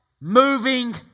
moving